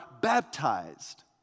baptized